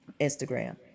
Instagram